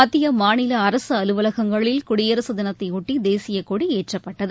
மத்திய மாநில அரசு அலுவலகங்களில் குடியரசு தினத்தை ஒட்டி தேசியக்கொடி ஏற்றப்பட்டது